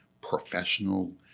professional